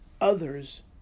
others